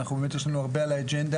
באמת יש לנו הרבה באג'נדה.